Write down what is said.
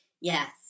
Yes